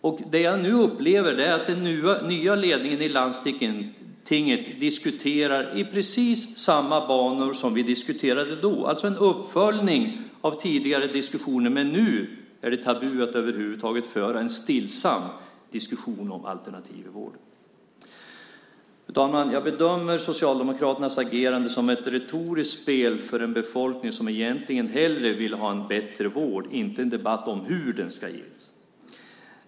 Vad jag nu upplever är att den nya ledningen i landstinget diskuterar i precis samma banor som vi tidigare diskuterade i - alltså en uppföljning av tidigare diskussioner. Men nu är det tabu att över huvud taget föra en stillsam diskussion om alternativ i vården. Fru talman! Jag bedömer Socialdemokraternas agerande som ett retoriskt spel för en befolkning som egentligen hellre vill ha bättre vård än en debatt om hur vården ska ges.